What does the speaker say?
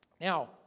Now